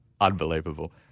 unbelievable